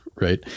right